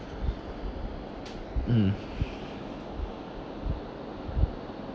mmhmm